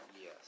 Yes